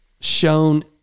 shown